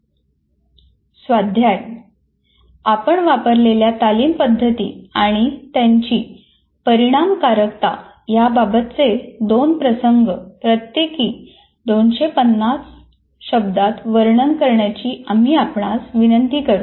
स्वाध्याय आपण वापरलेल्या तालीम पद्धती आणि त्यांची परिणामकारकता याबाबतचे दोन प्रसंग प्रत्येकी 250 शब्दात वर्णन करण्याची आम्ही आपणास विनंती करतो